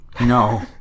No